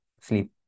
sleep